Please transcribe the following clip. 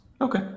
Okay